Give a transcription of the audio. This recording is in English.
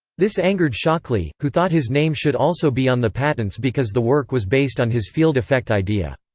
this angered shockley, who thought his name should also be on the patents because the work was based on his field effect idea.